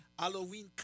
Halloween